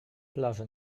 plaże